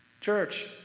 Church